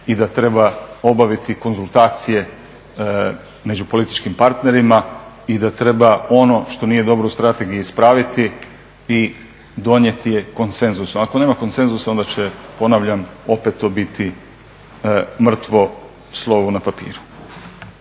i da treba obaviti konzultacije među političkim partnerima i da treba ono što nije dobro u strategiji ispraviti i donijeti je konsenzusom. Ako nema konsenzusa onda će, ponavljam opet to biti mrtvo slovo na papiru.